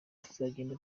tuzagenda